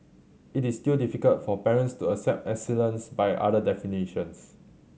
it is still difficult for parents to accept excellence by other definitions